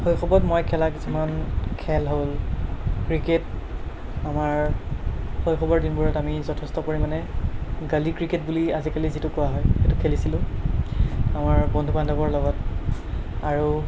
শৈশৱত মই খেলা কিছুমান খেল হ'ল ক্ৰিকেট আমাৰ শৈশৱৰ দিনবোৰত আমি যথেষ্ট পৰিমাণে গলি ক্ৰিকেট বুলি আজিকালি যিটো কোৱা হয় সেইটো খেলিছিলোঁ আমাৰ বন্ধু বান্ধৱৰ লগত আৰু